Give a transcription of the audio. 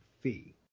fee